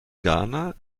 ghana